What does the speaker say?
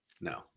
No